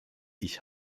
ich